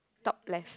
top left